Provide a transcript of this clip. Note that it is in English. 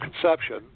conception